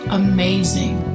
amazing